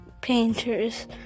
painters